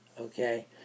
okay